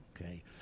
okay